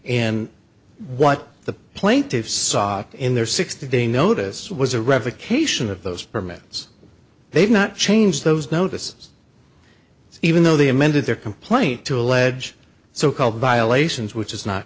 and what the plaintiffs saw in their sixty day notice was a revocation of those permits they've not changed those notices even though they amended their complaint to allege so called violations which is not